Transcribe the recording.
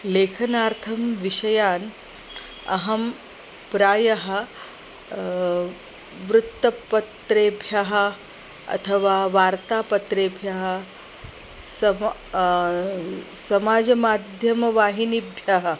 लेखनार्थं विषयान् अहं प्रायः वृत्तपत्रेभ्यः अथवा वार्तापत्रेभ्यः सम समाजमाध्यमवाहिनीभ्यः